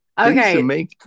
Okay